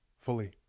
fully